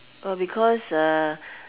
oh because uh